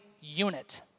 unit